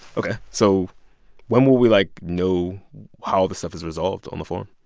ok. so when will we, like, know how this stuff is resolved on the form?